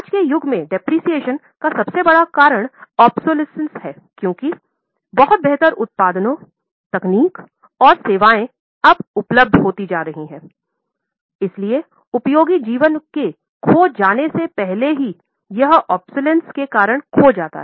आज के युग में मूल्यह्रास के कारण खो जाता है